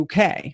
UK